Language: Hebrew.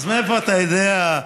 אז מאיפה אתה יודע?